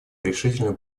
решительно